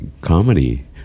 comedy